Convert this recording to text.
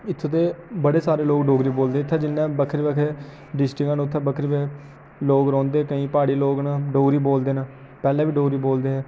इत्थूं दे बड़े सारे लोक डोगरी बोलदे इ'त्थै जि'यांं बक्खरी बक्खरी डिस्ट्रिकां न उ'त्थै बक्खरे लोक रौंह्दे न ते केईं प्हाड़ी लोक न डोगरी बोलदे न पैह्लें बी डोगरी बोलदे हे